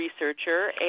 researcher